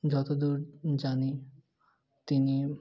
যতদূর জানি তিনি